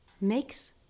makes